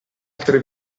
altre